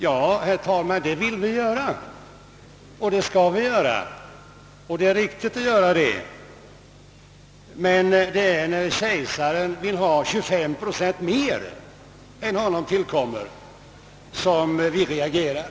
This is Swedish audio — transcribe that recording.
Ja, herr talman, det vill vi göra, och det skall vi göra — det är riktigt att göra det. Men det är när kejsaren vill ha 25 procent mer än vad honom tillkommer som vi reagerar.